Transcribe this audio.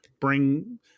bring